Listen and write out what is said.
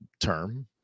term